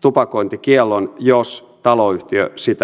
tupakointikiellon jos taloyhtiö sitä pyytää